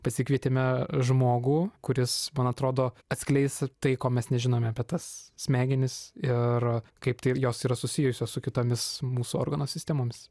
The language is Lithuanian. pasikvietėme žmogų kuris man atrodo atskleis tai ko mes nežinome apie tas smegenis ir kaip tai jos yra susijusios su kitomis mūsų organų sistemomis